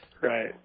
Right